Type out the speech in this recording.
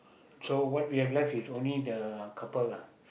so what we have left is only the couple lah